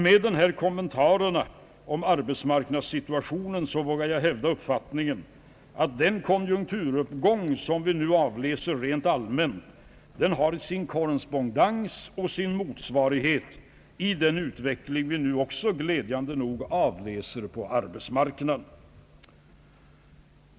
Med dessa kommentarer till arbetsmarknadssituationen vågar jag hävda uppfattningen, att den konjunkturuppgång som vi nu avläser rent allmänt har sin motsvarighet i den utveckling som vi nu också glädjande nog avläser på arbetsmarknaden.